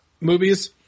movies